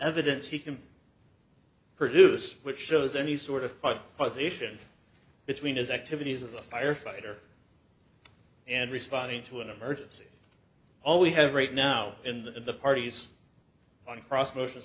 evidence he can produce which shows any sort of five positions between his activities as a firefighter and responding to an emergency all we have right now in the parties on cross motions